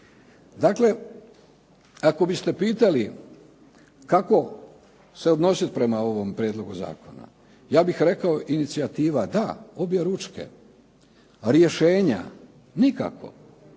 Dakle, ako biste pitali kako se odnositi prema ovom prijedlogu zakona ja bih rekao inicijativa da objeručke, rješenja nikako.